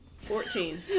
Fourteen